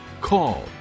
Call